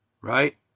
Right